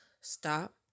stop